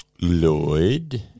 Lloyd